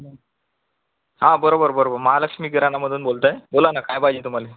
हा बरोबर बरोबर महालक्ष्मी किराणामधून बोलतो आहे बोला ना काय पाहिजे तुम्हाला